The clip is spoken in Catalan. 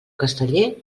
casteller